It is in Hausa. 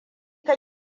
ka